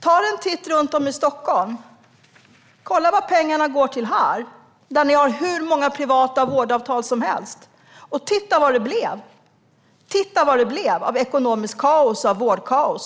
Ta en titt runt om i Stockholm! Kolla vad pengarna går till här, där ni har hur många privata vårdavtal som helst. Titta vad det blev av det - ekonomiskt kaos och vårdkaos!